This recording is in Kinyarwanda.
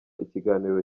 ikiganiro